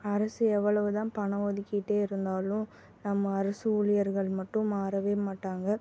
அரசு எவ்வளவுதான் பணம் ஒதுக்கிட்டே இருந்தாலும் நம்ம அரசு ஊழியர்கள் மட்டும் மாறவே மாட்டாங்க